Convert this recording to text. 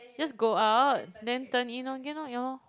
just go out then turn in again lor ya lor